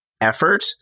effort